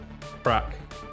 Crack